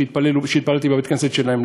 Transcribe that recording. שהתפללו אתי בבית-הכנסת שלהם,